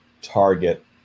target